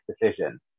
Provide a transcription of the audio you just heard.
decision